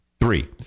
three